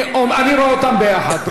אני רואה אותם ביחד,